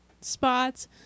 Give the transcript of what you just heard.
Spots